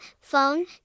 Phone